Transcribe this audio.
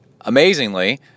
amazingly